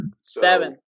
Seven